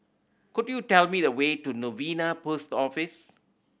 could you tell me the way to Novena Post Office